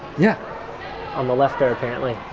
yeah on the left there, apparently.